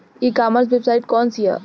ई commerce website कौन सी है?